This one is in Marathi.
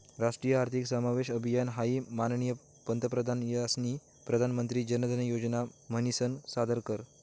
राष्ट्रीय आर्थिक समावेशन अभियान हाई माननीय पंतप्रधान यास्नी प्रधानमंत्री जनधन योजना म्हनीसन सादर कर